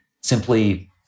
simply